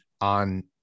on